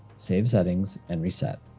save settings and reset.